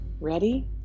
ready